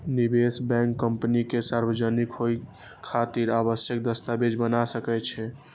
निवेश bank company के सार्वजनिक होइ खातिर आवश्यक दस्तावेज बना सकै छै